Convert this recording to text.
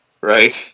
right